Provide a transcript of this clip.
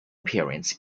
appearance